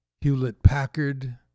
Hewlett-Packard